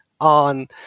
on